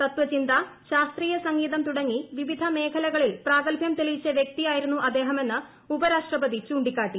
തതചിന്ത ശാസ്ത്രീയ സംഗീതം തുടങ്ങി വിവിധ മേഖലകളിൽ പ്രാഗൽഭ്യം തെളിയിച്ച വ്യക്തി ആയിരുന്നു അദ്ദേഹമെന്ന് ഉപരാഷ്ട്രപതി ചൂിക്കാട്ടി